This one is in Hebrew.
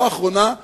לא האחרונה,